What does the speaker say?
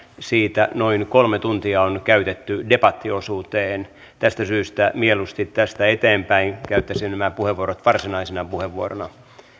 siitä noin kolme tuntia on käytetty debattiosuuteen tästä syystä mieluusti tästä eteenpäin käytettäisiin nämä puheenvuorot varsinaisina puheenvuoroina